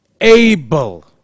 able